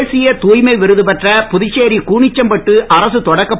தேசிய தூய்மை விருது பெற்ற புதுச்சேரி கூனிச்சம்பட்டு அரக தொடக்கப்